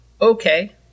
okay